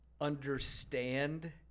understand